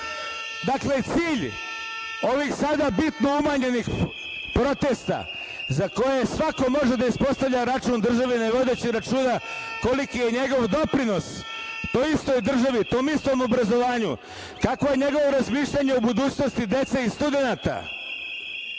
državi. Dakle, cilj ovih sada bitno umanjenih protesta, za koje svako može da ispostavlja račun državi ne vodeći računa koliki je njegov doprinos, toj istoj državi, tom istom obrazovanju, kakvo je njegovo razmišljanje o budućnosti dece i studenata,